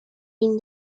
been